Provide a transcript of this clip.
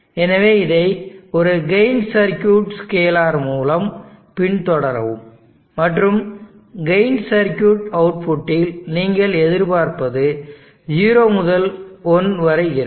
எனவே இதை ஒரு கெயின் சர்க்யூட் ஸ்கேலார் மூலம் பின்தொடரவும் மற்றும் கெயின் சர்க்யூட் அவுட்புட்டில் நீங்கள் எதிர்பார்ப்பது 0 முதல் 1 வரை இருக்கும்